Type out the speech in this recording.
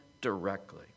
directly